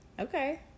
Okay